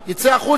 יצא החוצה.